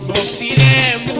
cnn